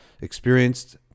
experienced